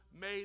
made